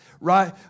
Right